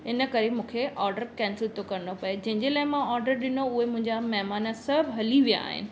इन करे मूंखे ऑर्डर कैंसिल थो करणो पए जंहिंजे लाइ मां ऑर्डर ॾिनो उहे मुंहिंजा महिमान सभु हली विया आहिनि